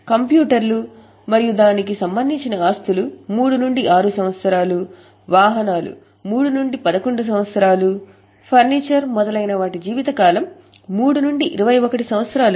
కంప్యూటర్లు మరియు దానికి సంబంధించిన ఆస్తులు 3 నుండి 6 సంవత్సరాలు వాహనాలు 3 నుండి 11 సంవత్సరాలు ఫర్నిచర్ మొదలైన వాటి జీవితకాలం 3 నుండి 21 సంవత్సరాలు